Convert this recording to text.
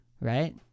right